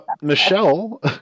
Michelle